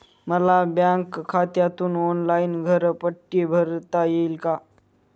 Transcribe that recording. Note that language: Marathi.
मला बँक खात्यातून ऑनलाइन घरपट्टी भरता येईल का?